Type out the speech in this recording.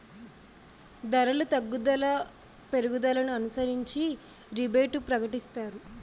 ధరలు తగ్గుదల పెరుగుదలను అనుసరించి రిబేటు ప్రకటిస్తారు